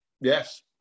Yes